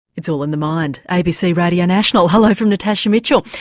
it's all in the mind, abc radio national. hello from natasha mitchell.